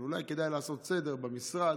אבל אולי כדאי לעשות סדר במשרד